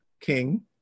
king